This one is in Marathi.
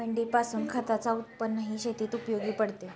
मेंढीपासून खताच उत्पन्नही शेतीत उपयोगी पडते